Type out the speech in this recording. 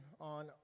on